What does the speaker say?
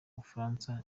bufaransa